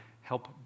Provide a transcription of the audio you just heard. help